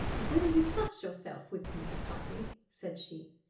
will you trust yourself with me, miss hartley? said she.